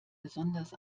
besonders